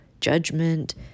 judgment